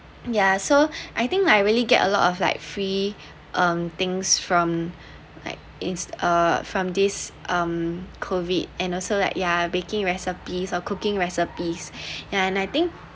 ya so I think like really get a lot of like free um things from like it's uh from this um COVID and also like ya baking recipes or cooking recipes ya and I think